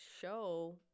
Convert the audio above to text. show